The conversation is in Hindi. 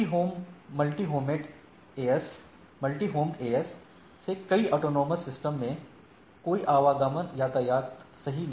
मल्टीहोमेड एएस से जुड़े कई ऑटोनॉमस सिस्टम में कोई आवागमन यातायात को सही नहीं करता है